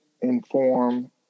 inform